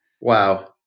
Wow